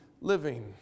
living